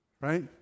Right